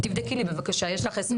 תבדקי לי בבקשה, יש לך עשר דקות.